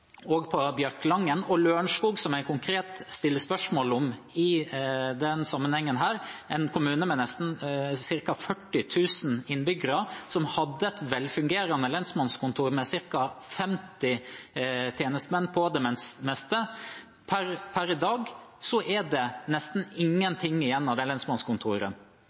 og på Bjørkelangen. I Lørenskog, som jeg konkret stiller spørsmål om i denne sammenhengen, en kommune med ca. 40 000 innbyggere, som hadde et velfungerende lensmannskontor med ca. 50 tjenestemenn på det meste, er det per i dag nesten ingenting igjen av lensmannskontoret. Det